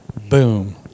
boom